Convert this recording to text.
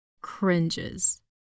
cringes